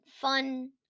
fun